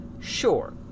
Sure